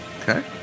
Okay